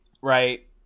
Right